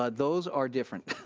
ah those are different.